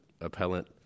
appellant